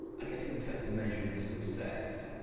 i guess in effect measuring success.